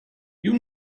you